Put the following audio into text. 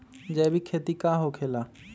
जैविक खेती का होखे ला?